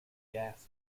gasped